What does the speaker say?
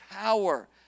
power